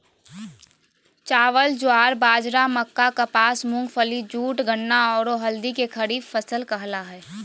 चावल, ज्वार, बाजरा, मक्का, कपास, मूंगफली, जूट, गन्ना, औरो हल्दी के खरीफ फसल कहला हइ